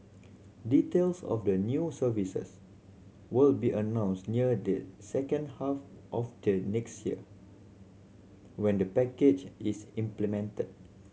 details of the new services will be announced near the second half of the next year when the package is implemented